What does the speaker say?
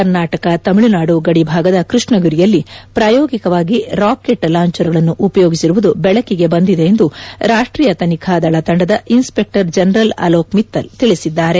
ಕರ್ನಾಟಕ ತಮಿಳುನಾಡು ಗಡಿ ಭಾಗದ ಕೃಷ್ಷಗಿರಿಯಲ್ಲಿ ಪ್ರಾಯೋಗಿಕವಾಗಿ ರಾಕೆಟ್ ಲಾಂಚರ್ಗಳನ್ನು ಉಪಯೋಗಿಸಿರುವುದು ಬೆಳಕಿಗೆ ಬಂದಿದೆ ಎಂದು ರಾಷ್ಷೀಯ ತನಿಖಾ ದಳ ತಂಡದ ಇನ್ಪೆಕರ್ ಜನರಲ್ ಅಲೋಕ್ ಮಿತ್ತಲ್ ತಿಳಿಸಿದ್ದಾರೆ